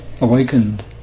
awakened